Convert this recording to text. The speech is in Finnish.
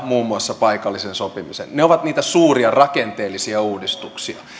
muun muassa paikallisen sopimisen myötä ne ovat niitä suuria rakenteellisia uudistuksia